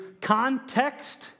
context